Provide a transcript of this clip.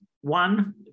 one